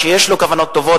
שיש לו כוונות טובות,